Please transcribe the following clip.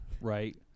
right